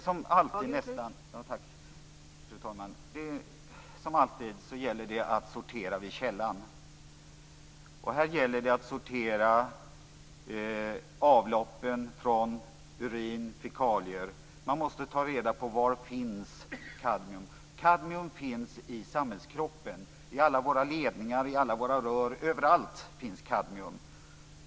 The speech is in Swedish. Fru talman! Som alltid gäller det att sortera vid källan. Här gäller det att sortera avloppen från urin/fekalier. Man måste ta reda på var det finns kadmium. Kadmium finns i samhällskroppen. Det finns i alla ledningar och rör. Ja, överallt finns det kadmium.